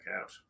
out